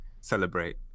celebrate